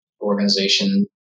Organization